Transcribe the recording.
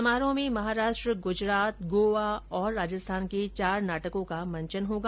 समारोह में महाराष्ट्र गुजरात गोवा और राजस्थान के चार नाटकों का मंचन होगा